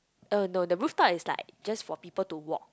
uh no the rooftop is like just for people to walk